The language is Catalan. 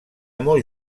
molt